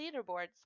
leaderboards